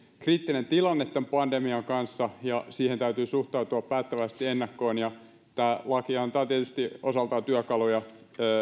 kriittinen tilanne tämän pandemian kanssa ja siihen täytyy suhtautua päättäväisesti ennakkoon ja tämä laki antaa tietysti osaltaan työkaluja